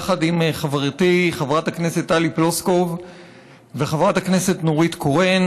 יחד עם חברתי חברת הכנסת טלי פלוסקוב וחברת הכנסת נורית קורן,